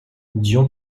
dion